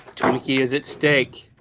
twinkie is at stake.